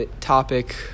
topic